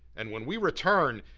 and when we return,